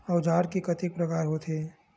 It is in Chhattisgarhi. औजार के कतेक प्रकार होथे?